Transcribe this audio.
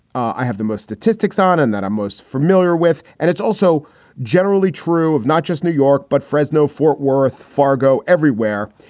i have the most statistics on and that i'm most familiar with. and it's also generally true of not just new york, but fresno, fort worth, fargo, everywhere,